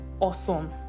awesome